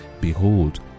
Behold